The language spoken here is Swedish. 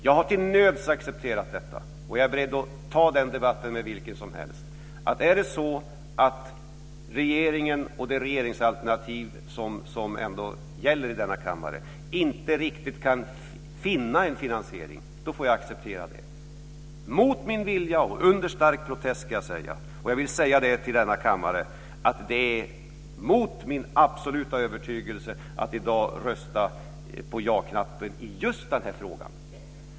Jag har till nöds accepterat detta, och jag är beredd att ta den debatten med vem som helst. Om regeringen och det regeringsalternativ som ändå gäller i denna kammare inte riktigt kan finna en finansiering får jag acceptera det, mot min vilja och under stark protest, ska jag säga. Och jag vill säga till denna kammare att det är mot min absoluta övertygelse att i dag rösta ja just när det gäller den här frågan.